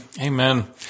Amen